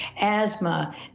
asthma